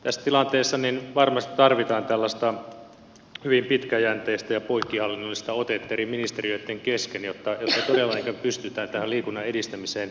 tässä tilanteessa varmasti tarvitaan tällaista hyvin pitkäjänteistä ja poikkihallinnollista otetta eri ministeriöitten kesken jotta todella pystytään tähän liikunnan edistämiseen panostamaan